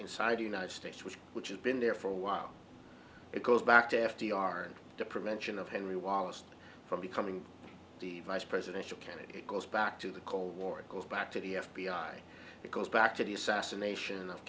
inside united states which which has been there for a while it goes back to f d r and the prevention of henry wallace from becoming the vice presidential candidate goes back to the cold war it goes back to the f b i because back to the assassination of